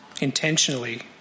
intentionally